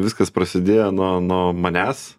viskas prasidėjo nuo nuo manęs